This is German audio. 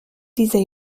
dieser